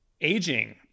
Aging